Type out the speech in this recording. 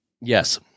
Yes